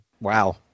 Wow